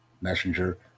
Messenger